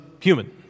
human